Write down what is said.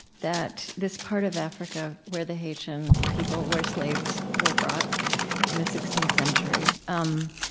that this part of africa where the haitian people where slaves were brought in the sixteenth century um